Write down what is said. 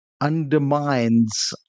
undermines